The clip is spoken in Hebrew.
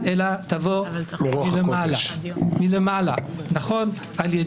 סך הכול אתה משנה את המשטר במדינת ישראל, נראה לי